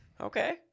Okay